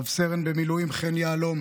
רב-סרן במילואים חן יהלום